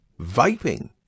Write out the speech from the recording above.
vaping